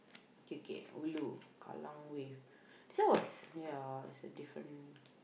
okay okay ulu Kallang Wave this one was ya it's a different